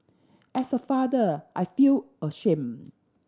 as a father I feel ashamed